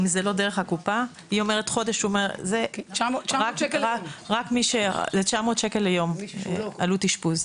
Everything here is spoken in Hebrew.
אם זה לא דרך הקופה, זה 900 שקל ליום עלות אשפוז.